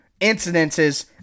incidences